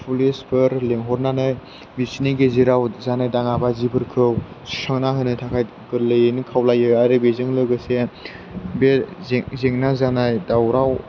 फुलिसफोर लिंहरनानै बिसोरनि गेजेराव जानाय दाङा बाजिफोरखौ सुस्रांना होनो थाखाय गोरलैयैनो खावलायो आरो बेजों लोगोसे बे जेंना जानाय दावराव